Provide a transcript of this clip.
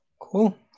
Cool